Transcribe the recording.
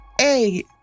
A-